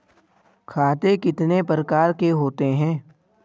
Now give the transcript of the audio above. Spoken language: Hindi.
खाते कितने प्रकार के होते हैं?